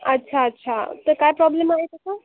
अच्छा अच्छा तर काय प्रॉब्लेम आहे त्याचा